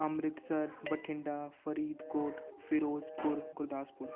Amritsar Bathinda Faridkot Firozpur Gurdaspur